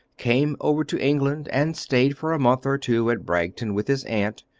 came over to england, and stayed for a month or two at bragton with his aunt,